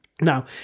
Now